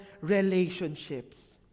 Relationships